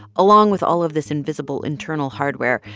along with all of this invisible internal hardware,